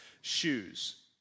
shoes